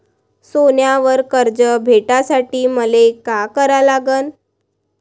सोन्यावर कर्ज भेटासाठी मले का करा लागन?